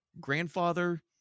grandfather